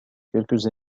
quelques